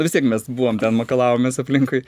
vis tiek mes buvom ten makalavomės aplinkui